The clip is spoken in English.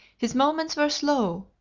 his movements were slow,